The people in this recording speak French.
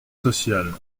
social